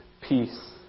peace